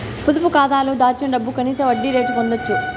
పొదుపు కాతాలో దాచిన డబ్బుకు కనీస వడ్డీ రేటు పొందచ్చు